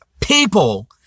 people